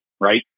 right